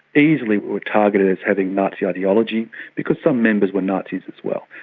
easily were targeted as having nazi ideology because some members were nazis as well,